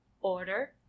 order